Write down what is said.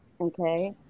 okay